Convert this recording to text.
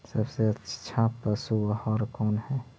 सबसे अच्छा पशु आहार कौन है?